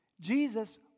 Jesus